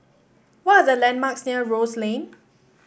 what are the landmarks near Rose Lane